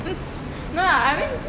no lah I mean